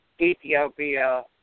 Ethiopia